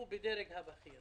הוא בדרג הבכיר.